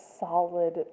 solid